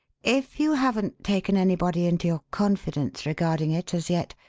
if you haven't taken anybody into your confidence regarding it as yet,